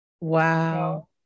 Wow